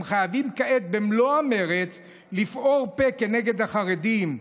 הם חייבים כעת לפעור פה במלוא המרץ כנגד החרדים,